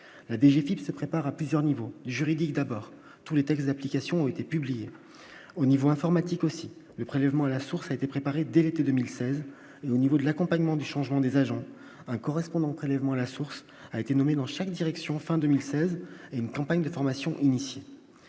la DGF, il se prépare à plusieurs niveaux juridique d'abord tous les textes d'application ont été publiés au niveau informatique aussi le prélèvement à la source a été préparée dès l'été 2016, au niveau de l'accompagnement du changement des agents un correspondant prélèvement à la source, a été nommé dans chaque direction fin 2016, une campagne de formation initiale,